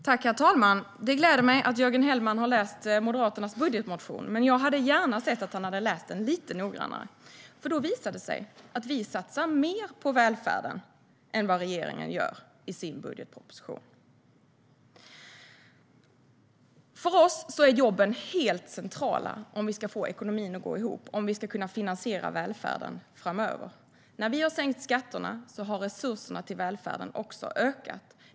Herr talman! Det gläder mig att Jörgen Hellman har läst Moderaternas budgetmotion. Men jag hade gärna sett att han hade läst den lite noggrannare. Då visar det sig nämligen att vi satsar mer på välfärden än vad regeringen gör i sin budgetproposition. För oss är jobben helt centrala om vi ska få ekonomin att gå ihop och om vi ska kunna finansiera välfärden framöver. När vi har sänkt skatterna har resurserna till välfärden också ökat.